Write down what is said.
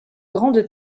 grande